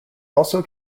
also